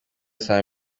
saa